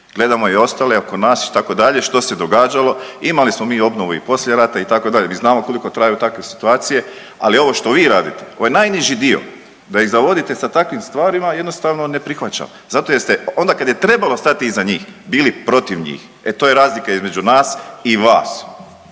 Gledamo i ostale oko nas, itd., što se događalo, imali smo mi obnovu i poslije rata, itd., mi znamo koliko traju takve situacije, ali ovo što vi radite, ovo je najniži dio da ih zavodite sa takvim stvarima, jednostavno ne prihvaćamo. Zato jer ste onda kad je trebalo stati iza njih bili protiv njih. E to je razlika između nas i vas.